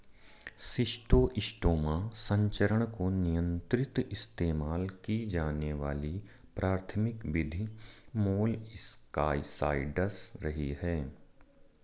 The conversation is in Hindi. शिस्टोस्टोमा संचरण को नियंत्रित इस्तेमाल की जाने वाली प्राथमिक विधि मोलस्कसाइड्स रही है